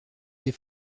des